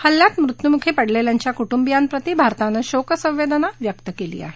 हल्ल्यात मृत्युमूखी पडलेल्यांच्या कुटुंबियांप्रति भारतानं शोक संवेदना व्यक्त केली आहे